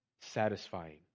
satisfying